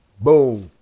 boom